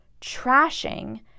trashing